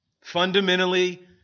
Fundamentally